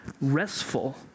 restful